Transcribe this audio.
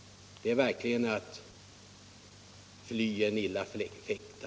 Det är verkligen att ”bättre fly än illa fäkta”.